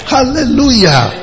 Hallelujah